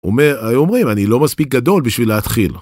אומרים, אני לא מספיק גדול בשביל להתחיל.